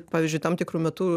pavyzdžiui tam tikru metu